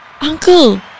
Uncle